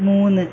മൂന്ന്